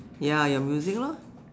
ya your music lor